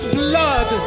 blood